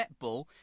netball